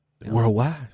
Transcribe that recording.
worldwide